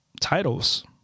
titles